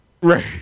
Right